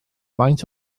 faint